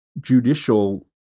judicial